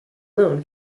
known